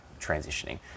transitioning